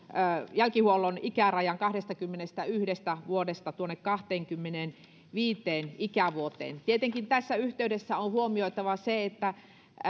jälkihuollon ikärajan kahdestakymmenestäyhdestä vuodesta tuonne kahteenkymmeneenviiteen ikävuoteen tietenkin tässä yhteydessä on huomioitava se että